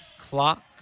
clock